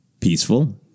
peaceful